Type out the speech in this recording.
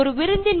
ആ ദിവസം തന്നെ